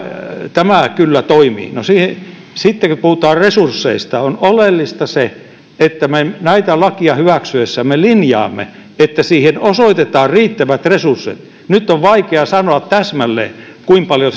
tämä kyllä toimii sitten kun puhutaan resursseista on oleellista se että me näitä lakeja hyväksyessämme linjaamme että siihen osoitetaan riittävät resurssit nyt on vaikea sanoa täsmälleen kuinka paljon